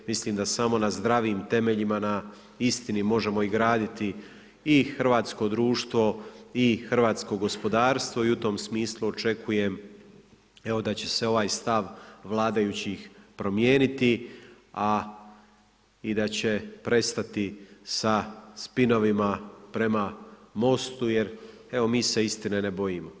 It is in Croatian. Mislim da samo na zdravim temeljima, na istini možemo i graditi i hrvatsko društvo i hrvatsko gospodarstvo i u tom smislu očekujem da će se ovaj stav vladajućih promijeniti i da će prestati sa spinovima prema MOST-u jer evo, mi se istine ne bojimo.